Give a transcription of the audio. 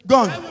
Gone